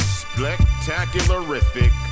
spectacularific